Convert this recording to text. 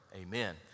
amen